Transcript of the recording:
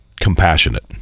compassionate